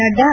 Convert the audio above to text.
Nadda